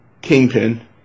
Kingpin